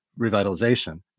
revitalization